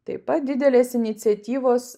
taip pat didelės iniciatyvos